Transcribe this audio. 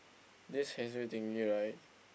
this heng suay thingy right